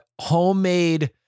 homemade